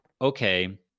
okay